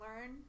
learn